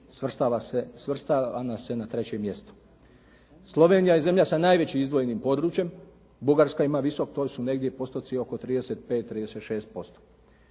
svrstava se na treće mjesto. Slovenija je zemlja za najvećim izdvojenim područjem. Bugarska ima visok. To su negdje postoci oko 35, 36%.